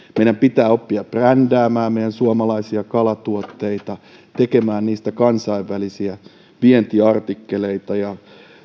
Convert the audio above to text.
meidän pitää oppia brändäämään meidän suomalaisia kalatuotteitamme tekemään niistä kansainvälisiä vientiartikkeleita ja